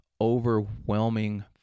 overwhelming